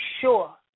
sure